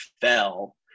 fell